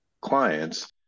clients